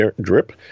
drip